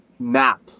Map